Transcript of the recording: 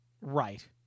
Right